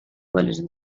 little